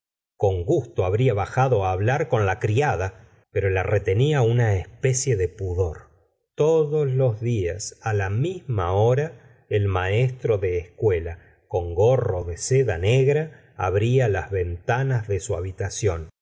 con gusto habría bajado hablar con la criada pero la retenía una especie de pudor todos los días la misma hora el maestro de escuela con gorro de seda negra abría las ventala señora de